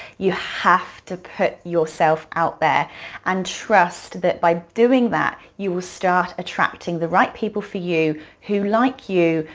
you have to put yourself out there and trust that by doing that, you will start attracting the right people for you who like you,